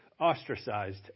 ostracized